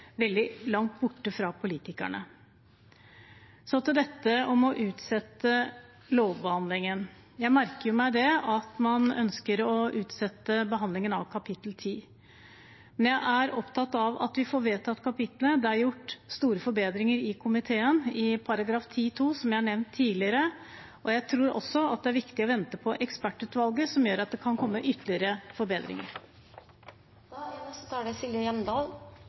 veldig langt borte fra politikerne. Så til dette med å utsette lovbehandlingen: Jeg merker meg at man ønsker å utsette behandlingen av kapittel 10, men jeg er opptatt av at vi får vedtatt kapittelet. Det er gjort store forbedringer i komiteen i § 10-2, som jeg har nevnt tidligere, og jeg tror også det er viktig å vente på ekspertutvalget, som gjør at det kan komme ytterligere forbedringer. Representanten Silje Hjemdal